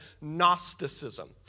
Gnosticism